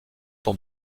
dans